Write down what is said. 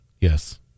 Yes